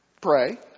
Pray